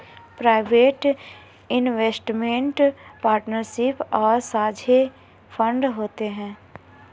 private investment partnership और साझे fund होते हैं